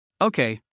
Okay